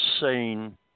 seen